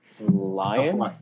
lion